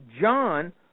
John